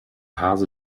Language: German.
hase